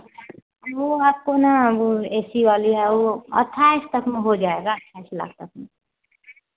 वो आपको ना वो ए सी वाली है वो अट्ठाइस तक में हो जाएगा अट्ठाइस लाख तक में